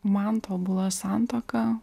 man tobula santuoka